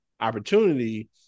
opportunity